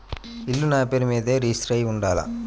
ఇల్లు నాపేరు మీదే రిజిస్టర్ అయ్యి ఉండాల?